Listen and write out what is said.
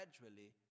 gradually